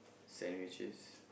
sandwiches